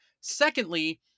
Secondly